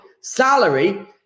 salary